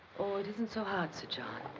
oh, it isn't so hard, sir john.